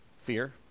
fear